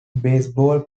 baseball